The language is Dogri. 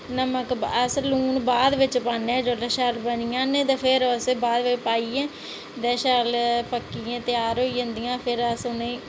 नमां अस लून बाद बिच पाने आं जेल्लै शैल बनी जान ते फिर उसी बाद बिच पाइयै ते पक्कियै बाद बिच शैल होई जंदियां न